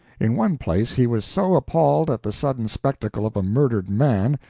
in one place he was so appalled at the sudden spectacle of a murdered man,